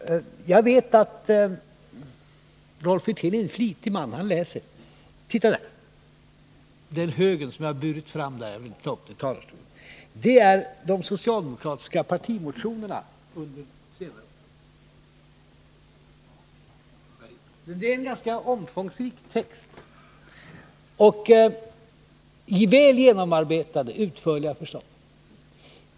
Jag vet att Rolf Wirtén är en flitig man — han läser. Titta på den hög som jag burit fram och lagt här på talmansbordet — jag ville inte ta upp allt detta i talarstolen. Det är de socialdemokratiska partimotionerna från senare tid — en ganska omfångsrik text som innehåller väl 53 genomarbetade utförliga förslag.